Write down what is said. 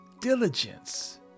diligence